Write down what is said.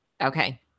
Okay